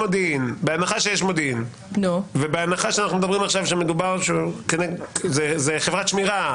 בהנחה שיש מודיעין ובהנחה שאנחנו מדברים על חברת שמירה,